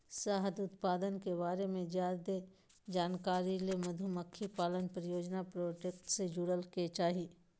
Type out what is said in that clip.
शहद उत्पादन के बारे मे ज्यादे जानकारी ले मधुमक्खी पालन परियोजना प्रोजेक्ट से जुड़य के चाही